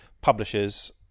publishers